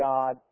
God